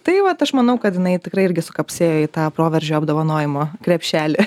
tai vat aš manau kad jinai tikrai irgi sukapsėjo į tą proveržio apdovanojimo krepšelį